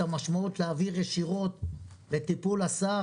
המשמעות של להעביר ישירות לטיפול השר,